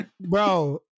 Bro